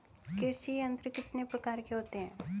कृषि यंत्र कितने प्रकार के होते हैं?